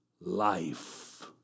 life